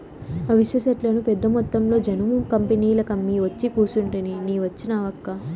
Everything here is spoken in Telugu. అవిసె సెట్లను పెద్దమొత్తంలో జనుము కంపెనీలకమ్మి ఒచ్చి కూసుంటిని నీ వచ్చినావక్కా